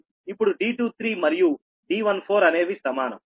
ఇప్పుడు d23 మరియు d14 అనేవి సమానం